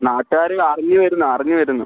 നാട്ടുകാർ അറിഞ്ഞുവരുന്നു അറിഞ്ഞുവരുന്നു